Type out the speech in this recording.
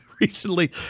recently